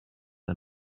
the